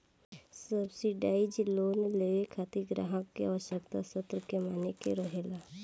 subsidise loan लेबे खातिर ग्राहक के आवश्यक शर्त के माने के रहेला